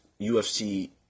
UFC